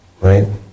right